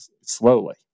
slowly